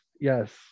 yes